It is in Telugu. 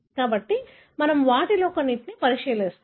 కాబట్టి మనము వాటిలో కొన్నింటిని పరిశీలిస్తాము